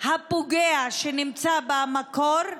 הפוגע שנמצא במקור,